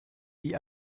wie